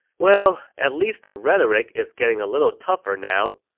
well, at least the rhetoric is getting a little tougher now.